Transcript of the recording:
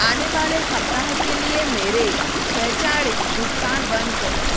आने वाले सप्ताह के लिए मेरे स्वचालित भुगतान बंद करें